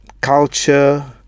culture